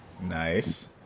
Nice